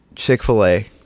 Chick-fil-A